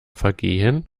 vergehen